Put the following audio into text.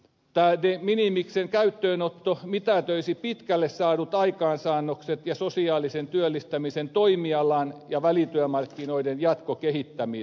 tämä de minimiksen käyttöönotto mitätöisi pitkälle saadut aikaansaannokset ja sosiaalisen työllistämisen toimialan ja välityömarkkinoiden jatkokehittämisen